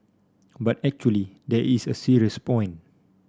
but actually there is a serious point